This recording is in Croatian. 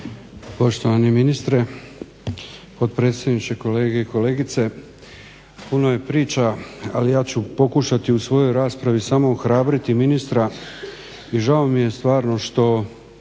Poštovani ministre, potpredsjedniče, kolegice i kolege. Puno je priča ali ja ću pokušati u svojoj raspravi samo ohrabriti ministra i žao mi je stvarno što